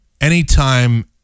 Anytime